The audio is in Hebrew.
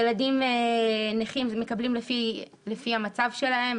ילדים נכים מקבלים לפי המצב שלהם,